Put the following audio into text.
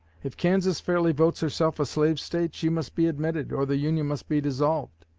if kansas fairly votes herself a slave state, she must be admitted, or the union must be dissolved.